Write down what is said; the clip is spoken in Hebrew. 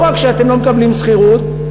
לא רק שאתם לא מקבלים שכירות,